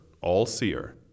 all-seer